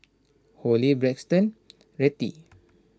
Holli Braxton Rettie